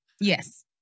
Yes